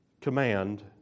command